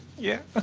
yeah. ah